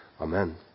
Amen